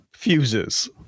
fuses